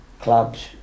clubs